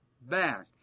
back